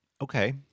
Okay